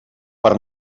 per